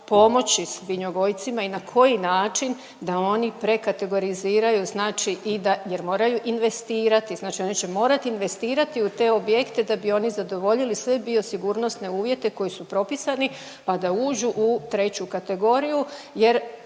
pomoći svinjogojcima i na koji način da oni prekategoriziraju znači i da, jer moraju investirati. Znači oni će morati investirati u te objekte da bi oni zadovoljili sve biosigurnosne uvjete koji su propisani pa da uđu u 3. kategoriju jer